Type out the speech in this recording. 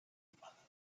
ballert